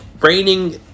raining